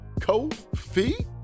Kofi